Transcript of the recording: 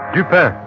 Dupin